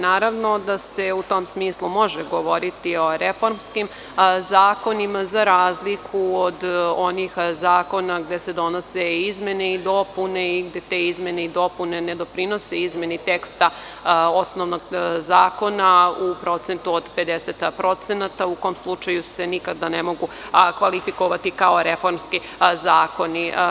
Naravno, da se u tom smislu može govoriti o reformskim zakonima, za razliku od onih zakona gde se donose izmene i dopune i gde te izmene i dopune ne doprinose izmeni teksta osnovnog zakona u procentu od 50% u kom slučaju se nikada ne mogu kvalifikovati kao reformski zakoni.